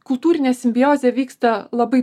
kultūrinė simbiozė vyksta labai